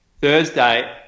Thursday